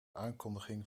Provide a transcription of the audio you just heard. aankondiging